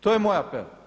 To je moj apel.